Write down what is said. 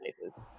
places